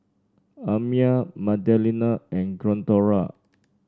Amya Magdalena and Glendora